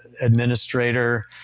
administrator